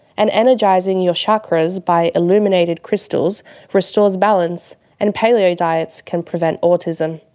and energising your chakras by illuminated crystals restores balance and paleo diets can prevent autism.